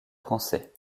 français